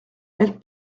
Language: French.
elle